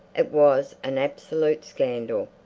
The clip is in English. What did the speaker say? it was an absolute scandal!